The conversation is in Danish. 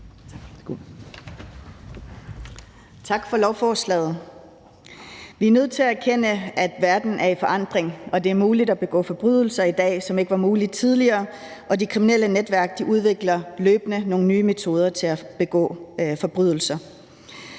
Tak for lovforslaget. Vi er nødt til at erkende, at verden er i forandring, og at det er muligt at begå forbrydelser i dag, som det ikke var muligt at begå tidligere, og de kriminelle netværk udvikler løbende nogle nye metoder til at begå forbrydelser.